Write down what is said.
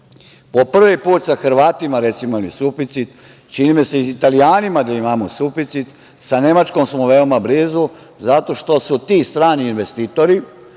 po prvi put sa Hrvatima imali suficit, čini mi se da sa Italijanima imamo suficit, sa Nemačkom smo veoma blizu, jer su ti strani investitori,